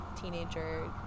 teenager